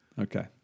Okay